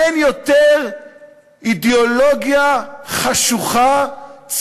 אין אידיאולוגיה חשוכה,